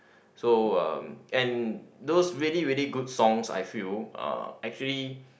so uh and those really really good songs I feel uh actually